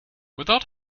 without